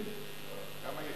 כמה יחידות דיור נבנו ביש"ע?